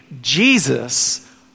Jesus